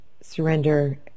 surrender